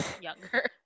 younger